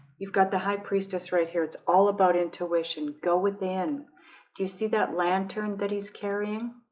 you've got the high priestess right here. it's all about intuition. go within do you see that lantern that he's carrying?